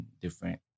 different